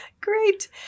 Great